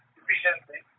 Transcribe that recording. efficiently